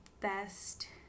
best